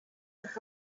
with